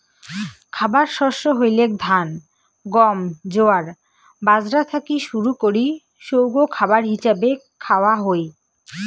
খাবার শস্য হইলেক ধান, গম, জোয়ার, বাজরা থাকি শুরু করি সৌগ খাবার হিছাবে খাওয়া হই